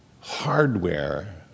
hardware